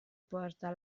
porta